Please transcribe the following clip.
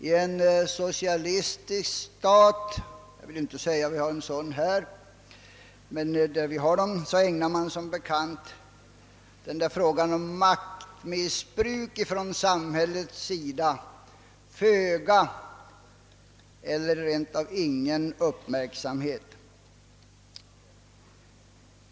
I en socialistisk stat — jag vill inte säga att vi har en sådan här ägnar man frågan om maktmissbruk från samhällets sida föga eller rent av ingen uppmärksamhet.